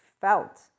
felt